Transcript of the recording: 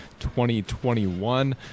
2021